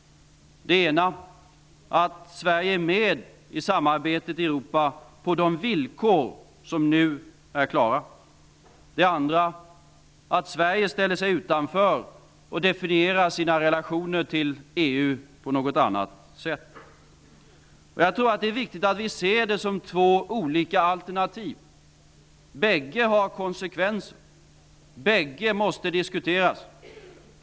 Det ena är att Sverige deltar i samarbetet i Europa på de villkor som nu är klara. Det andra är att Sverige ställer sig utanför och definierar sina relationer till EU på något annat sätt. Jag tror att det är viktigt att vi ser det som två olika alternativ. Båda har konsekvenser. Båda måste diskuteras.